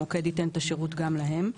המוקד ייתן את השירות גם להם.